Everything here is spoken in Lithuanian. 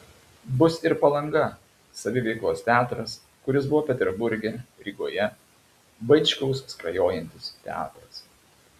bus ir palanga saviveiklos teatras kuris buvo peterburge rygoje vaičkaus skrajojantis teatras